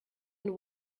and